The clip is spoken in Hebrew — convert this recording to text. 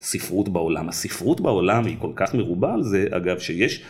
ספרות בעולם, הספרות בעולם היא כל כך מרובה על זה, אגב, שיש.